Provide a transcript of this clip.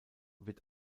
wird